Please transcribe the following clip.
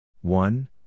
one